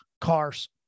cars